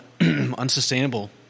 unsustainable